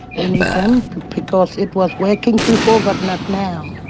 and um because it was working before but not now.